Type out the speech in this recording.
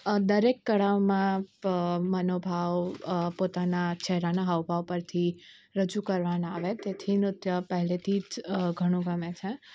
દરેક કળાઓમાં મનોભાવ પોતાના ચહેરાના હાવ ભાવ પરથી રજૂ કરવાના આવે તેથી નૃત્ય પહેલેથી જ ઘણું ગમે છે